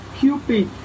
cupid